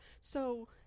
So-